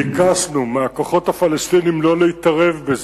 ביקשנו מהכוחות הפלסטיניים לא להתערב בזה.